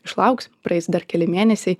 išlauks praeis dar keli mėnesiai